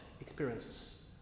experiences